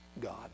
God